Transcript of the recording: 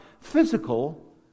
physical